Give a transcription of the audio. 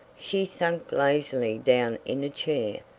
she sank lazily down in a chair,